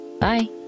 Bye